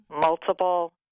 multiple